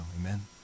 Amen